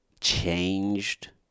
changed